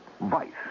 Vice